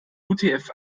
utf